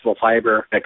fiber